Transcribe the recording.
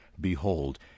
Behold